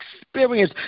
experience